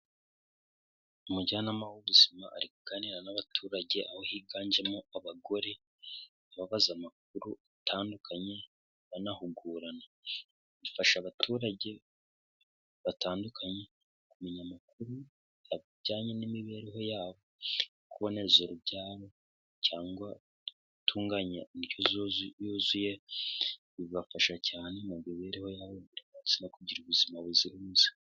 Umujyanama w'ubuzima ari kuganira n'abaturage aho higanjemo abagore ababaza amakuru atandukanye banahugurana, bifasha abaturage batandukanye kumenya amakuru ajyanye n'imibereho yabo, kuboneza urubyaro cyangwa guutunganya indyo yuzuye bibafasha cyane mu mibereho yabo no kugira ubuzima buzira umuze.